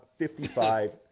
55